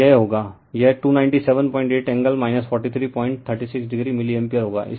तो यह होगा यह 2978 एंगल 4336 o मिली एम्पीयर होगा